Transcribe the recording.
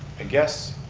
and guess